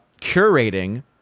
curating